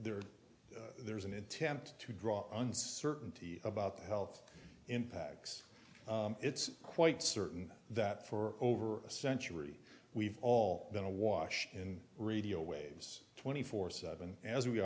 there there is an attempt to draw uncertainty about the health impacts it's quite certain that for over a century we've all been a washin radiowaves twenty four seven as we